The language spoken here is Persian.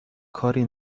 کاری